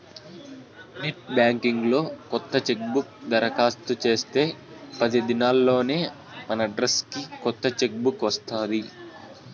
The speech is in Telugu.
నెట్ బాంకింగ్ లో కొత్త చెక్బుక్ దరకాస్తు చేస్తే పది దినాల్లోనే మనడ్రస్కి కొత్త చెక్ బుక్ వస్తాది